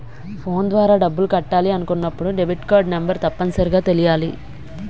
phone ద్వారా డబ్బులు కట్టాలి అనుకున్నప్పుడు డెబిట్కార్డ్ నెంబర్ తప్పనిసరిగా తెలియాలి